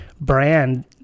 brand